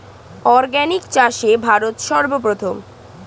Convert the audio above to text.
organic চাষে ভারত সর্বপ্রথম